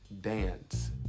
Dance